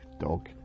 dog